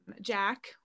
Jack